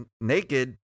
naked